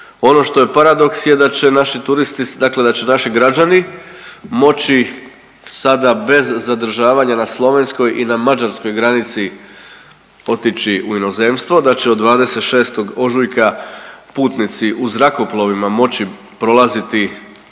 Ono što je paradoks je da će naši turisti, dakle da će naši građani moći sada bez zadržavanja za slovenskoj i na mađarskoj granici otići u inozemstvo, da će od 26. ožujka putnici u zrakoplovima moći prolaziti bez,